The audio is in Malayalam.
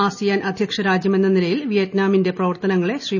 ആസിയാൻ അദ്ധ്യക്ഷ രാജ്യമെന്ന നിലയിൽ വിയറ്റ്നാമിന്റെ പ്രവർത്തനങ്ങളെ ശ്രീ